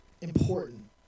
important